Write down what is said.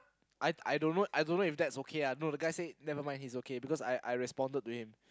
I I don't know I don't know if that's okay lah no the guy said never mind he's okay because I I responded to him